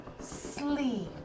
sleep